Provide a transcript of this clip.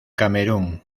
camerún